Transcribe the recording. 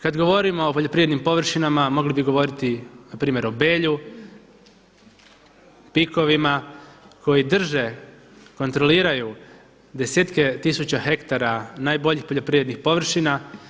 Kad govorimo o poljoprivrednim površinama mogli bi govoriti npr. o Belju, PIK-ovima koji drže kontroliraju desetke tisuća hektara najboljih poljoprivrednih površina.